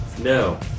No